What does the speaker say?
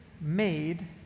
made